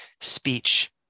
speech